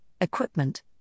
equipment